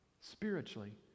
spiritually